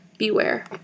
Beware